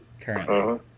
currently